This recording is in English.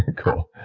and cool.